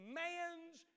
man's